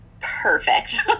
Perfect